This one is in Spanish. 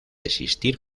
existir